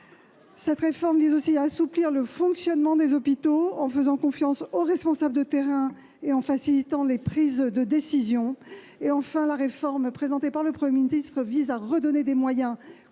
Cette réforme vise aussi à assouplir le fonctionnement des hôpitaux : nous faisons confiance aux responsables de terrain et nous voulons faciliter les prises de décisions. Enfin, la réforme présentée par M. le Premier ministre vise à redonner des moyens